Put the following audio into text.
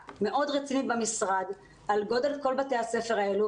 רצינית מאוד במשרד על גודל כל בתי הספר האלה.